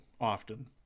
often